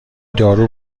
دارو